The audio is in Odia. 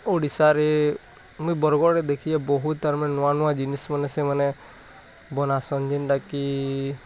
ଓଡ଼ିଶାରେ ମୁଁ ବରଗଡ଼ ଦେଖିଲେ ବହୁତ ତା'ର ମାନେ ନୂଆ ନୂଆ ଜିନିଷମାନେ ସେମାନେ ବନାସନ୍ ଯେନ୍ତା କି